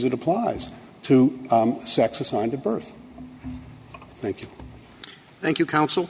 it applies to sex assigned to birth thank you thank you counsel